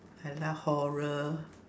I like horror